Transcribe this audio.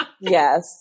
Yes